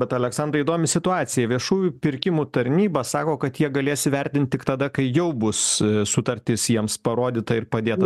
bet aleksandrai įdomi situacija viešųjų pirkimų tarnyba sako kad jie galės įvertint tik tada kai jau bus sutartis jiems parodyta ir padėta